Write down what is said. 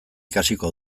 ikasiko